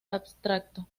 abstracto